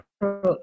approach